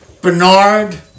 Bernard